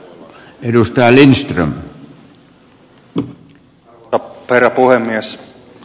arvoisa herra puhemies